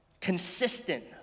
consistent